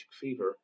fever